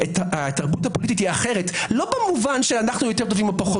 התרבות הפוליטית אחרת לא במובן שאנו יותר או פחות